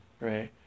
Right